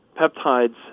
peptides